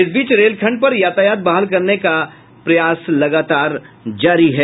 इस बीच रेल खंड पर यातायात बहाल करने का प्रयास जारी है